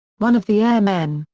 one of the airmen,